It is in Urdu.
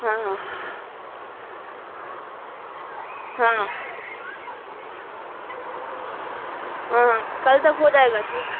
ہاں ہاں ہاں ہاں ہاں کل تک ہو جائے گا شوٹ